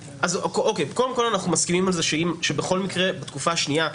קודם כל אנחנו מסכימים על זה שבכל מקרה בתקופה השנייה,